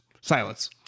silence